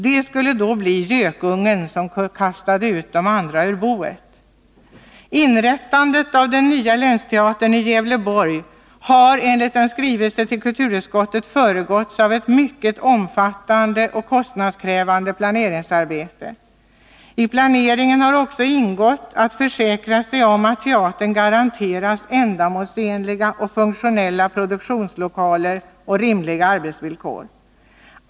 Den skulle då bli gökungen som kastade ut de andra ur boet. Inrättandet av den nya länsteatern i Gävleborg har enligt en skrivelse till kulturutskottet föregåtts av ett mycket omfattande och kostnadskrävande planeringsarbete. I planeringen har också ingått att försäkra sig om att teatern garanteras ändamålsenliga och funktionella produktionslokaler och rimliga arbetsvillkor.